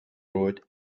road